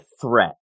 threat